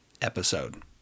episode